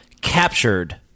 captured